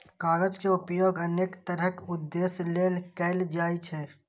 कागज के उपयोग अनेक तरहक उद्देश्य लेल कैल जाइ छै